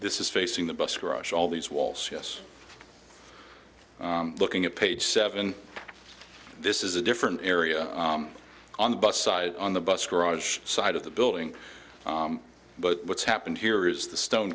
this is facing the bus garage all these walls yes looking at page seven this is a different area on the bus side on the bus garage side of the building but what's happened here is the stone